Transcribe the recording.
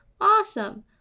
Awesome